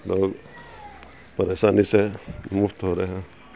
لوگ پریشانی سے مکت ہو رہے ہیں